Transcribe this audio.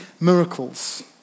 miracles